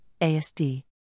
ASD